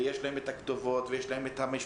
ויש להם את הכתובות ואת המשפחות.